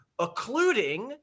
occluding